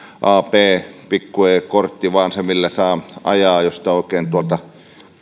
vain pikku e kortti se millä saa ajaa jos oikein tuolta